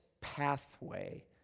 pathway